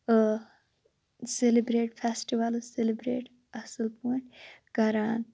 celebrate festivals celebrate اَصٕل پٲٹھۍ کَران